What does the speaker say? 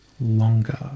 longer